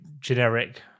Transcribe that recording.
generic